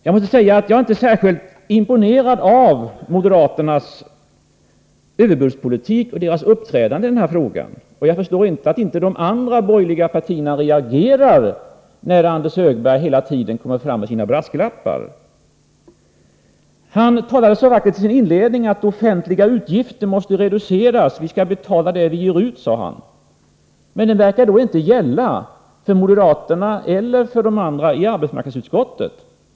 Jag är inte särskilt imponerad av moderaternas överbudspolitik och deras uppträdande i denna fråga, och jag förstår inte att de andra borgerliga partierna inte reagerar när Anders Högmark hela tiden kommer med sina brasklappar. Han talade så vackert i inledningen om att de offentliga utgifterna måste reduceras. Vi skall betala det vi ger ut, sade han. Men det verkar inte gälla för moderaterna eller för de andra i arbetsmarknadsutskottet.